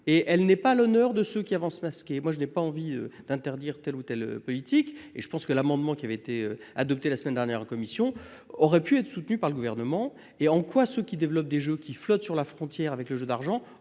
et elle n'est pas à l'honneur de ceux qui avancent masqués. Je n'ai pas envie d'interdire telle ou telle politique et je pense que l'amendement qui avait été adopté la semaine dernière en commission aurait pu être soutenu par le Gouvernement. En quoi ceux qui développent des jeux qui sont à la frontière des jeux d'argent